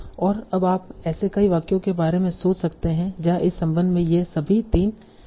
और अब आप ऐसे कई वाक्यों के बारे में सोच सकते हैं जहाँ इस संबंध में ये सभी 3 एंटिटीस होंगी